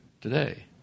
today